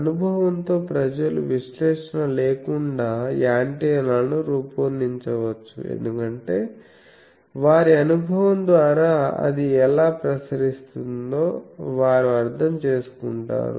అనుభవంతో ప్రజలు విశ్లేషణ లేకుండా యాంటెన్నాలను రూపొందించవచ్చు ఎందుకంటే వారి అనుభవం ద్వారా అది ఎలా ప్రసరిస్తుందో వారు అర్థం చేసుకుంటారు